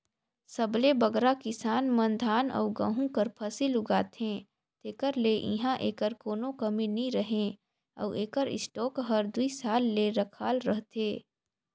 सबले बगरा किसान मन धान अउ गहूँ कर फसिल उगाथें तेकर ले इहां एकर कोनो कमी नी रहें अउ एकर स्टॉक हर दुई साल ले रखाल रहथे